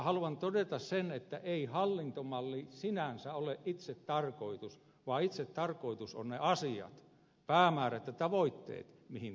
haluan todeta sen että ei hallintomalli sinänsä ole itsetarkoitus vaan itsetarkoitus ovat ne asiat päämäärät ja tavoitteet mihin tällä pyritään